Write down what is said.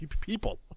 people